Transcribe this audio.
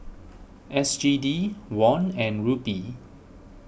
S G D Won and Rupee